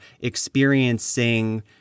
experiencing